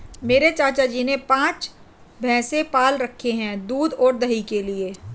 मेरे चाचा जी ने पांच भैंसे पाल रखे हैं दूध और दही के लिए